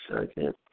second